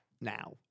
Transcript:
now